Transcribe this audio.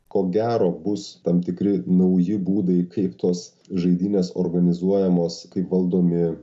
ko gero bus tam tikri nauji būdai kaip tos žaidynės organizuojamos kaip valdomi